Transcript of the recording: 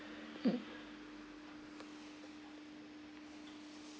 mm